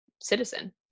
citizen